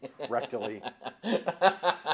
Rectally